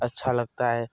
अच्छा लगता है